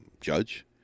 judge